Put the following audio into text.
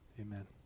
amen